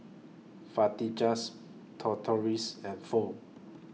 Tortillas and Pho